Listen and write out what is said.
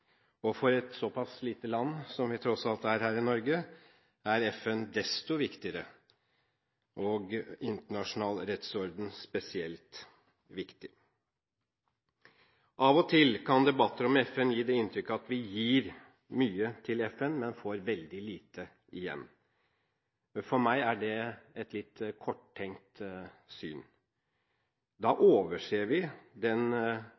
Og for et såpass lite land, som Norge tross alt er, er FN desto viktigere, og internasjonal rettsorden er spesielt viktig. Av og til kan debatter om FN gi det inntrykk at vi gir mye til FN, men får veldig lite igjen. For meg er det et litt korttenkt syn. Da overser vi den